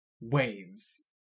waves